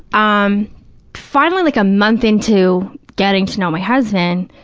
um finally, like a month into getting to know my husband,